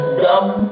dumb